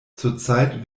zurzeit